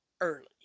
early